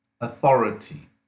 Authority